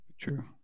true